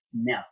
No